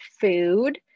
food